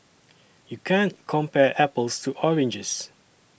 you can't compare apples to oranges